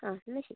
ആ എന്നാൽ ശരി